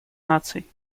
наций